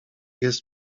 jest